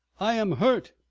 i am hurt,